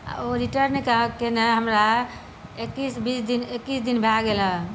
आ ओ रिटर्न कएके ने हमरा एकैस बीस दिन एकैस दिन भए गेल हँ